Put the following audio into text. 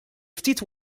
ftit